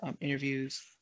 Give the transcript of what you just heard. interviews